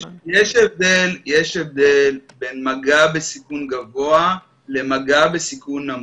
יש הבדל בין מגע בסיכון גבוה למגע בסיכון נמוך.